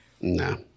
No